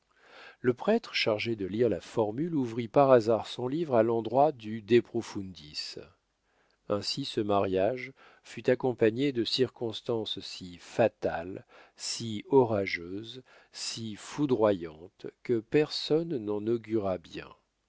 le prêtre chargé de lire la formule ouvrit par hasard son livre à l'endroit du de profundis ainsi ce mariage fut accompagné de circonstances si fatales si orageuses si foudroyantes que personne n'en augura bien